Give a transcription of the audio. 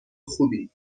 خوبی